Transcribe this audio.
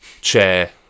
chair